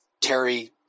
Terry